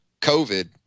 COVID